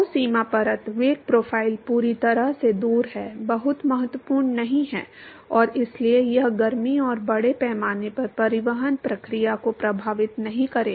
तो सीमा परत वेग प्रोफ़ाइल पूरी तरह से दूर है बहुत महत्वपूर्ण नहीं है और इसलिए यह गर्मी और बड़े पैमाने पर परिवहन प्रक्रिया को प्रभावित नहीं करेगा